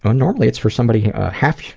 ah normally, it's for somebody half,